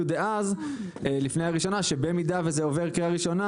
אז לפני הקריאה הראשונה הוסכם שבמידה וזה עובר קריאה ראשונה